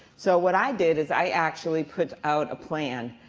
so what i did is i actually put out a plan,